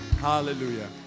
Hallelujah